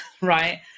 right